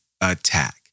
attack